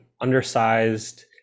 undersized